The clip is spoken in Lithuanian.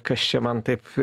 kas čia man taip